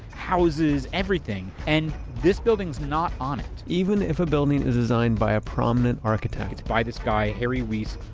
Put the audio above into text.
houses, everything! and this building's not on it even if a building is designed by a prominent architect it's by this guy, harry weese,